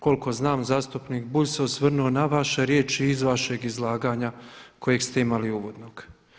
Koliko znam zastupnik Bulj se osvrnuo na vaše riječi iz vašeg izlaganja kojeg ste imali uvodno.